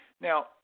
Now